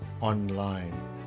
online